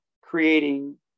creating